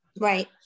Right